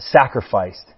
sacrificed